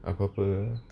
apa apa